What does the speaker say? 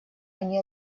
они